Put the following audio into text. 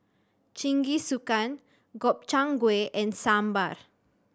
Jingisukan Gobchang Gui and Sambar